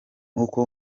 uko